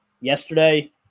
yesterday